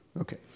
Okay